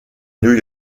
new